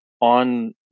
on